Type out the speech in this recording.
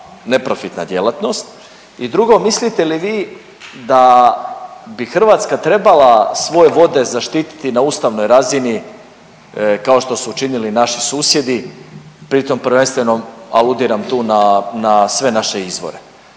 neprofitna djelatnost. I drugo mislite li vi da bi Hrvatska trebala svoje vode zaštiti na ustavnoj razini kao što su učinili naši susjedi pritom prvenstveno aludiram tu na, na sve naše izvore.